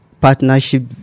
Partnership